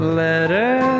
letter